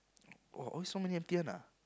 oh all so many empty one ah